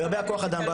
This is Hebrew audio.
לגבי הכוח אדם,